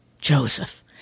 Joseph